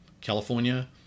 California